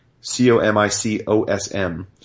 C-O-M-I-C-O-S-M